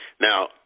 Now